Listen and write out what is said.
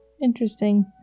Interesting